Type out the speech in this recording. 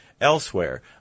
elsewhere